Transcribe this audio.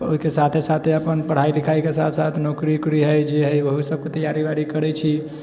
ओहिके साथे साथे अपन पढ़ाइ लिखाइके साथ साथ नौकरी उकरी हइ जे हइ ओहो सबके तैआरी वैआरी करै छी